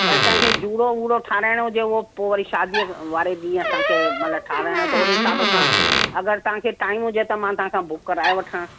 ऐं कंहिंखे जूड़ो वूड़ो ठाराइणो हुजे उहो पोइ वरी शादीअ वारे ॾींहं असांखे मतिलब ठहारायां त ओहिड़े हिसाब सां अगरि तव्हांखे टाइम हुजे त मां तव्हां खां बुक कराए वठां